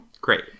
Great